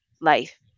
life